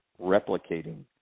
replicating